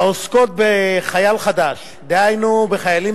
העוסקות ב"חייל חדש" דהיינו בחיילים